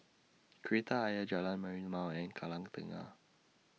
Kreta Ayer Jalan Merlimau and Kallang Tengah